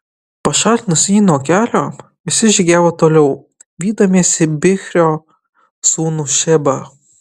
pašalinus jį nuo kelio visi žygiavo toliau vydamiesi bichrio sūnų šebą